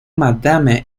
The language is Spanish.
madame